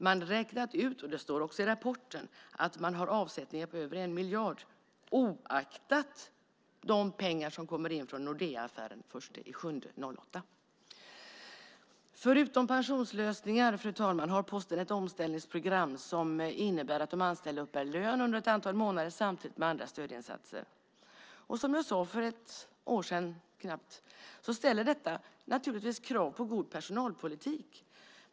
Man har räknat ut, och det står också i rapporten, att man har avsättningar på över 1 miljard oaktat de pengar som kommer in från Nordeaaffären den 1 juli 2008. Förutom pensionslösningar, fru talman, har Posten ett omställningsprogram som innebär att de anställda uppbär lön under ett antal månader samtidigt med andra stödinsatser. Och som jag sade för knappt ett år sedan ställer detta naturligtvis krav på god personalpolitik.